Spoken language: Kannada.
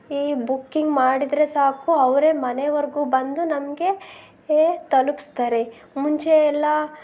ಈ ಬುಕ್ಕಿಂಗ್ ಮಾಡಿದರೆ ಸಾಕು ಅವರೇ ಮನೆವರೆಗೂ ಬಂದು ನಮಗೆ ತಲುಪಿಸ್ತಾರೆ ಮುಂಚೆ ಎಲ್ಲ